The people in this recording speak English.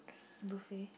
buffet